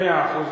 מאה אחוז.